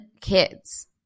kids